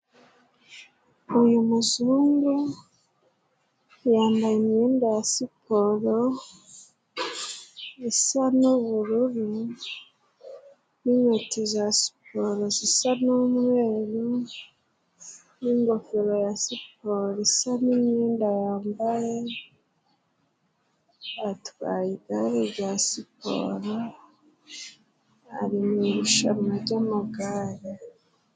Uyu muzungu yambaye imyenda ya siporo isa n'ubururu, n'inkweto za siporo zisa n'umweru, n'ingofero ya siporo isa n'imyenda yambaye, atwaye igare rya siporo, ari mu irushanwa ry'amagare.